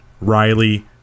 Riley